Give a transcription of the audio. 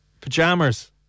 Pajamas